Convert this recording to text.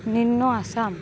নিম্ন আসাম